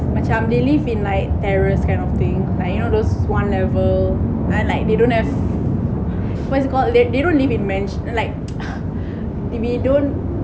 macam they live in like terrace kind of thing like you know those one level like they dont have what's it call they they don't live in mansion like if we don't